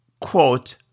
quote